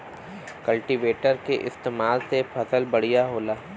cultivator के इस्तेमाल से फसल बढ़िया होला